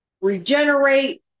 regenerate